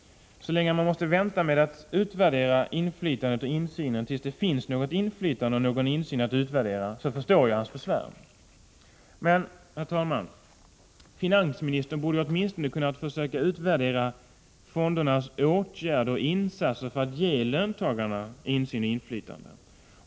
Så länge man måste vänta med att utvärdera inflytandet och insynen tills det finns något inflytande och någon insyn att utvärdera förstår jag hans besvär. Men, herr talman, finansministern borde åtminstone kunna försöka utvärdera fondernas åtgärder och insatser för att ge löntagarna insyn och inflytande.